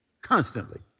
constantly